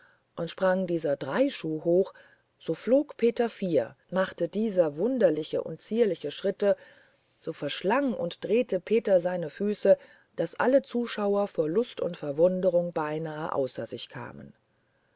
und sprang dieser drei schuh hoch so flog peter vier und machte dieser wunderliche und zierliche schritte so verschlang und drehte peter seine füße daß alle zuschauer vor lust und verwunderung beinahe außer sich kamen